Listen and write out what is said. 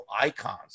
icons